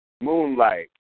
Moonlight